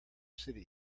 city